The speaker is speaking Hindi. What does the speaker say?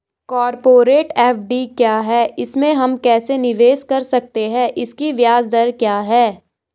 कॉरपोरेट एफ.डी क्या है इसमें हम कैसे निवेश कर सकते हैं इसकी ब्याज दर क्या है?